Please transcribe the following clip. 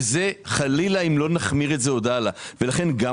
וזה עוד לפני שחלילה לא נחמיר את זה עוד הלאה.